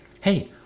hey